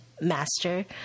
master